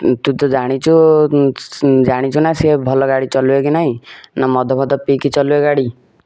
ତୁ ତ ଜାଣିଛୁ ଜାଣିଛୁ ନା ସିଏ ଭଲ ଗାଡ଼ି ଚଲାଇବ କି ନାହିଁ ନା ମଦ ଫଦ ପିଇକି ଚଲାଇବ ଗାଡ଼ି